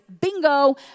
bingo